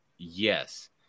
Yes